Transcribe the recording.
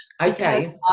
Okay